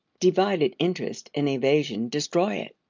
divided interest and evasion destroy it.